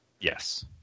Yes